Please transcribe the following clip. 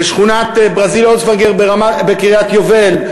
בשכונת ברזיל-אולסוונגר בקריית-היובל,